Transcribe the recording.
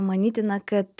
manytina kad